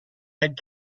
had